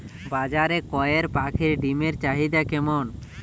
বাজারে কয়ের পাখীর ডিমের চাহিদা কেমন?